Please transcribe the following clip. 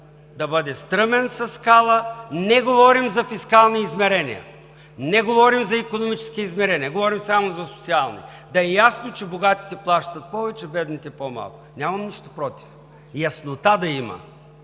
да бъде стръмен със скала, не говорим за фискални измерения, не говорим за икономически измерения, говорим само за социални. Да е ясно, че богатите плащат повече, бедните по-малко. Нямам нищо против – яснота да има.